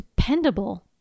dependable